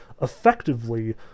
effectively